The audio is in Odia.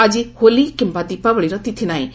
ଆଜି ହୋଲି କିମ୍ଘା ଦୀପାବଳିର ତିଥି ନାହିଁ